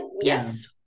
yes